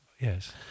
yes